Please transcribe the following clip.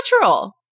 natural